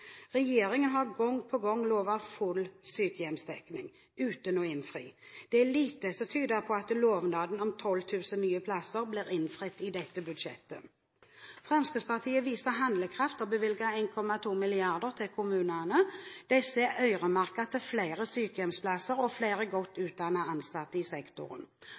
Regjeringen har gang på gang lovet full sykehjemsdekning – uten å innfri. Det er lite som tyder på at lovnaden om 12 000 nye plasser blir innfridd i dette budsjettet. Fremskrittspartiet viser handlekraft og bevilger 1,2 mrd. kr til kommunene. Dette er øremerket til flere sykehjemsplasser og flere godt utdannede ansatte i sektoren.